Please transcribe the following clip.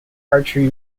archery